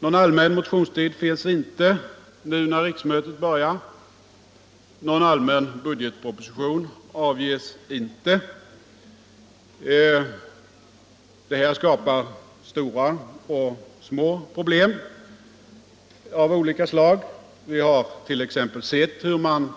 Någon allmän motionstid finns inte nu när riksmötet börjar, någon allmän budgetproposition avges inte. Det här skapar stora och små problem av olika slag. Vi har t.ex. sett hur man